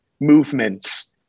movements